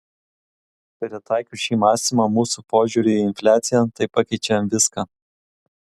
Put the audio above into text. pritaikius šį mąstymą mūsų požiūriui į infliaciją tai pakeičia viską